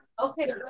Okay